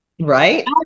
Right